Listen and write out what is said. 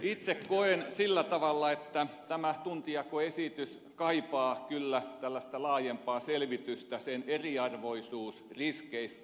itse koen sillä tavalla että tämä tuntijakoesitys kaipaa kyllä tällaista laajempaa selvitystä sen eriarvoisuusriskeistä